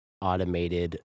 automated